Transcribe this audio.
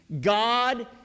God